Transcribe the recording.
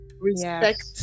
respect